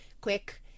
quick